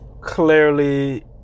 Clearly